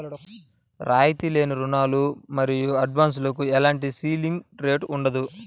రాయితీ లేని రుణాలు మరియు అడ్వాన్సులకు ఎలాంటి సీలింగ్ రేటు ఉండదు